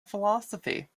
philosophy